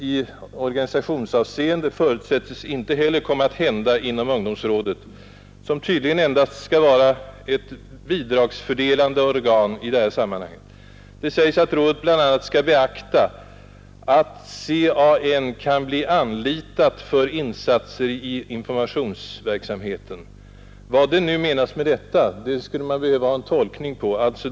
I organisationsavseende förutsätts inte heller något särskilt komma att hända inom ungdomsrådet, som tydligen endast skall vara ett mekaniskt bidragsfördelande organ i det här sammanhanget. Nu sägs det emellertid att rådet bl.a. skall beakta att CAN kan bli anlitat för insatser i informationsverksamheten. Vad menas med detta? Här skulle man behöva få en auktoritativ tolkning.